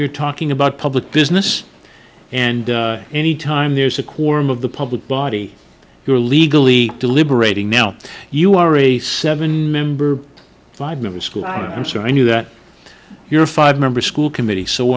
you're talking about public business and any time there's a quorum of the public body you're legally deliberating now you are a seven member five member school i'm sorry i knew that your five member school committee so